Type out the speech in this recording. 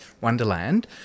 wonderland